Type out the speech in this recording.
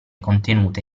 contenute